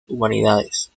humanidades